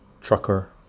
trucker